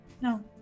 No